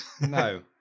no